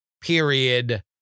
period